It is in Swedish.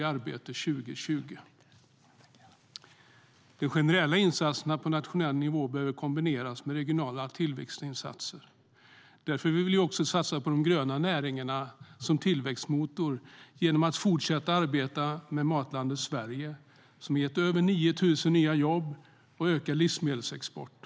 De generella insatserna på nationell nivå behöver kombineras med regionala tillväxtinsatser. Därför vill vi också satsa på de gröna näringarna som tillväxtmotor genom att fortsätta arbeta med Matlandet Sverige, som har gett över 9 000 nya jobb och ökad livsmedelsexport.